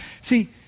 See